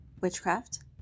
witchcraft